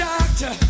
Doctor